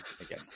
again